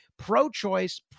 Pro-choice